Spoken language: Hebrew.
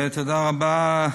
תודה רבה,